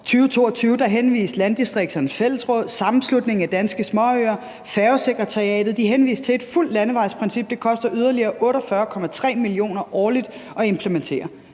2022 henviste Landdistrikternes Fællesråd, Sammenslutningen af Danske Småøer og Færgesekretariatet til, at et fuldt landevejsprincip ville koste yderligere 48,3 mio. kr. årligt at implementere.